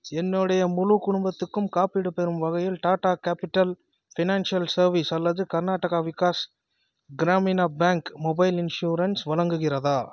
என்னுடைய முழு குடும்பத்துக்கும் காப்பீடு பெறும் வகையில் டாடா கேபிட்டல் ஃபினான்ஷியல் சர்வீஸ் அல்லது Karnataka Vikas Gramina bank mobile insurance வழங்குகிறதா